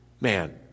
man